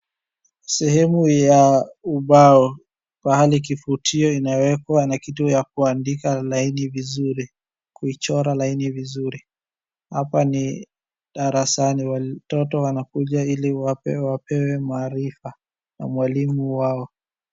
Sehemu ya ubao pahali kifutio inawekwa na kitu ya kuandika laini vizuri , kuichora laini vizuri. Hapa ni darasani watoto wanakuja ili wapewa maarifa na mwalimu wao.